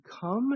come